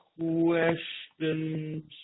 questions